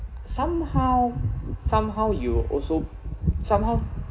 somehow somehow you also somehow